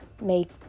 make